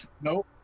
Nope